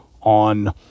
on